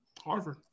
Harvard